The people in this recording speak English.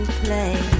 play